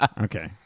Okay